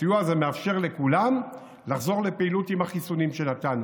הסיוע הזה מאפשר לכולם לחזור לפעילות עם החיסונים שנתנו.